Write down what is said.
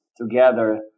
together